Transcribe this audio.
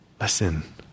Listen